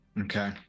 okay